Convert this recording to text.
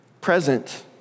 present